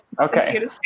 Okay